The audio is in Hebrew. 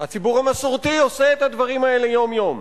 הציבור המסורתי עושה את הדברים האלה יום-יום.